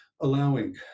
allowing